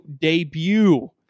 debut